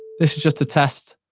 this is just a test